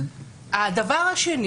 הדבר השני